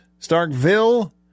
Starkville